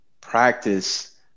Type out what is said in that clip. practice